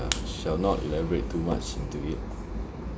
ya shall not elaborate too much into it